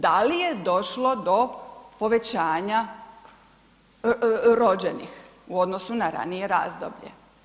Da li je došlo do povećanja rođenih u odnosu na ranije razdoblje?